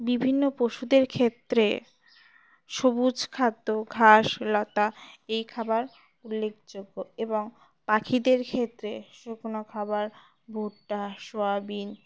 বিভিন্ন পশুদের ক্ষেত্রে সবুজ খাদ্য ঘাস লতা এই খাবার উল্লেখযোগ্য এবং পাখিদের ক্ষেত্রে শুকনো খাবার ভুট্টা সোয়াবিন